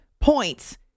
points